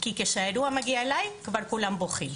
כי כשהאירוע מגיע אליי כבר כולם בוכים,